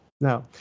Now